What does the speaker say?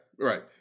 Right